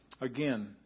Again